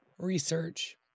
Research